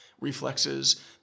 reflexes